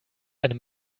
einem